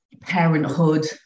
parenthood